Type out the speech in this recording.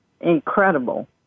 incredible